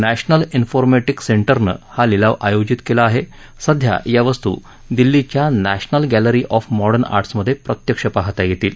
national informatic सेंटरने हा लिलाव आयोजित केला आहे सध्या या वस्तू दिल्लीच्या national gallery of modern arts मधे प्रत्यक्ष पाहता येतील